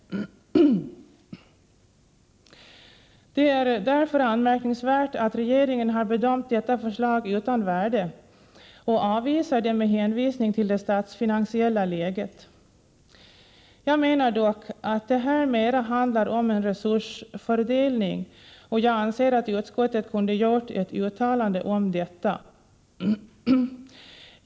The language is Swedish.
Det är därför anmärkningsvärt att regeringen bedömt detta förslag utan värde och avvisar det med hänvisning till det statsfinansiella läget. Jag menar dock att det här mera handlar om en resursfördelning, och jag anser att utskottet kunde ha gjort ett uttalande om detta.